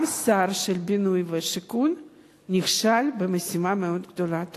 גם שר הבינוי והשיכון נכשל במשימה המאוד גדולה.